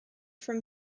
from